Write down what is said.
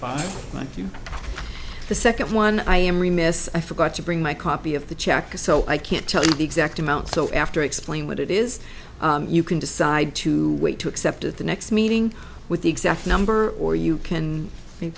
you the second one i am remiss i forgot to bring my copy of the check so i can't tell you the exact amount so after explain what it is you can decide to wait to accept at the next meeting with the exact number or you can